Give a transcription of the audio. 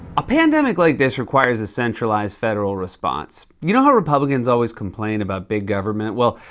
a pandemic like this requires a centralized federal response. you know how republicans always complain about big government? well,